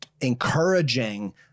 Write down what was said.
encouraging